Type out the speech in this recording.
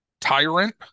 tyrant